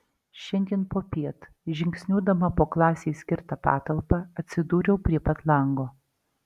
šiandien popiet žingsniuodama po klasei skirtą patalpą atsidūriau prie pat lango